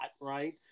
right